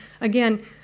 again